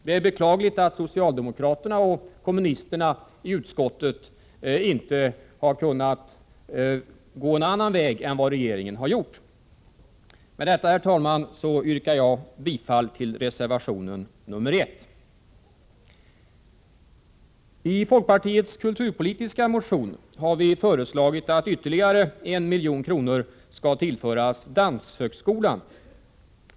Det är beklagligt att socialdemokraterna och kommunisterna i utskottet inte har kunnat gå en annan väg än vad regeringen har gjort. Med detta, herr talman, yrkar jag bifall till reservationen 1. I folkpartiets kulturpolitiska motion har vi föreslagit att ytterligare 1 milj.kr. skall tillföras danshögskolan.